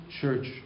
church